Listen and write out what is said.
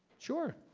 sure.